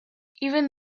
even